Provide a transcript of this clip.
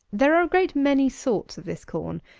there are a great many sorts of this corn.